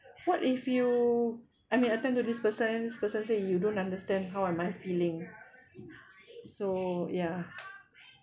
what if you I mean attend to this person this person say you don't understand how am I feeling so ya